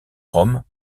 rome